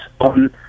on